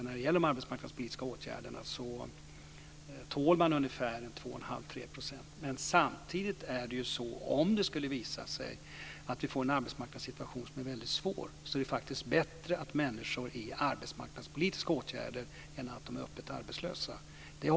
När det gäller de arbetsmarknadspolitiska åtgärderna tror jag att man tål 21⁄2-3 %. Men om det skulle visa sig att vi får en arbetsmarknadssituation som är väldigt svår är det faktiskt bättre att människor är i arbetsmarknadspolitiska åtgärder än att de är öppet arbetslösa.